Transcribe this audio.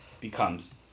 becomes